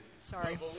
Sorry